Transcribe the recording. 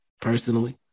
personally